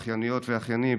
אחייניות ואחיינים,